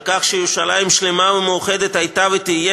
על כך שירושלים שלמה ומאוחדת הייתה ותהיה